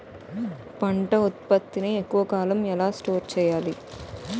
పంట ఉత్పత్తి ని ఎక్కువ కాలం ఎలా స్టోర్ చేయాలి?